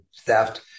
theft